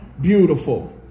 beautiful